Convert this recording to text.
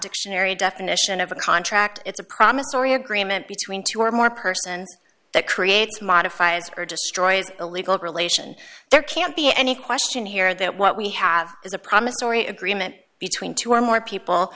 dictionary definition of a contract it's a promissory agreement between two or more persons that creates modifies or destroys illegal relation there can't be any question here that what we have is a promissory agreement between two or more people